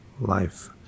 life